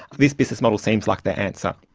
this business model seems like the answer.